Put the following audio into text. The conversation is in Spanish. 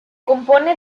compone